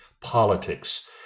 politics